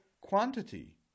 quantity